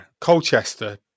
Colchester